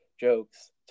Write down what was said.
jokes